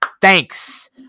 Thanks